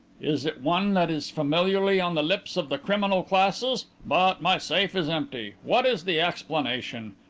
is it one that is familiarly on the lips of the criminal classes? but my safe is empty! what is the explanation?